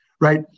right